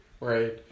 Right